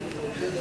14),